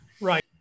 Right